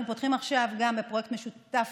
אנחנו פותחים עכשיו גם בפרויקט משותף